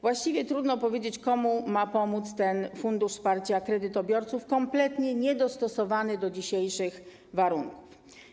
Właściwie trudno powiedzieć, komu ma pomóc Fundusz Wsparcia Kredytobiorców, kompletnie niedostosowany do dzisiejszych warunków.